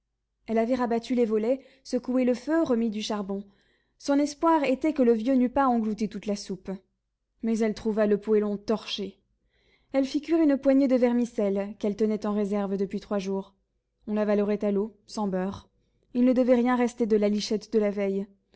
elle avait rabattu les volets secoué le feu remis du charbon son espoir était que le vieux n'eût pas englouti toute la soupe mais elle trouva le poêlon torché elle fit cuire une poignée de vermicelle qu'elle tenait en réserve depuis trois jours on l'avalerait à l'eau sans beurre il ne devait rien rester de la lichette de la veille